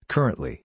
Currently